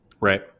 Right